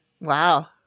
Wow